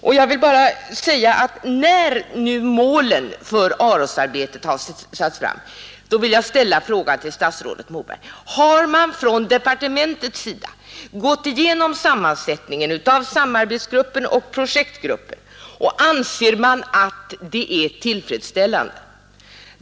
Och när nu målen för AROS-arbetet har lagts fram, vill jag till statsrådet Moberg ställa frågan: Har man från departementets sida gått igenom sammansättningen av samarbetsgruppen och projektgruppen, och anser man att den är tillfredsställande?